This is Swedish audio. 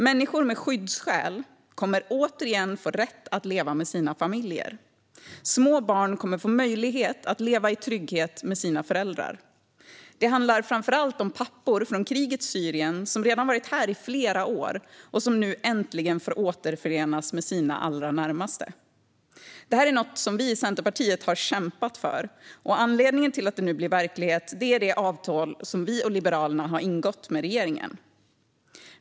Människor med skyddsskäl kommer återigen att få rätt att leva med sina familjer. Små barn kommer att få möjlighet att leva i trygghet med sina föräldrar. Det handlar framför allt om pappor från krigets Syrien som redan har varit här i flera år och som nu äntligen får återförenas med sina allra närmaste. Det här är någonting som vi i Centerpartiet har kämpat för, och anledningen till att det nu bli verklighet är det avtal som vi och Liberalerna har ingått med regeringen.